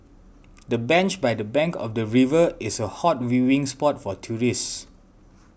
the bench by the bank of the river is a hot viewing spot for tourists